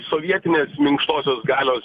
sovietinės minkštosios galios